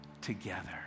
together